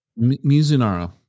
Mizunara